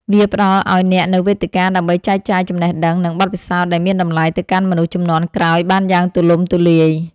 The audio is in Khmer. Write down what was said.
វាផ្ដល់ឱ្យអ្នកនូវវេទិកាដើម្បីចែកចាយចំណេះដឹង និងបទពិសោធន៍ដែលមានតម្លៃទៅកាន់មនុស្សជំនាន់ក្រោយបានយ៉ាងទូលំទូលាយ។